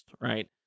right